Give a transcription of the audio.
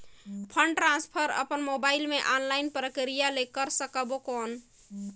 Fund transfer अपन mobile मे online प्रक्रिया ले कर सकबो कौन?